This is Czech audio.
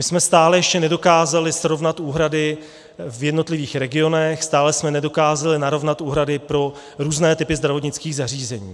My jsme stále ještě nedokázali srovnat úhrady v jednotlivých regionech, stále jsme nedokázali narovnat úhrady pro různé typy zdravotnických zařízení.